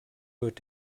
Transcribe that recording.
wird